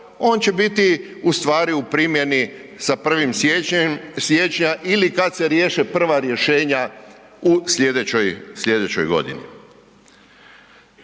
on će biti u stvari u primjeni sa 1. siječnjem, siječnja ili kad se riješe prva rješenja u slijedećoj,